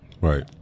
right